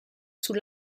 sous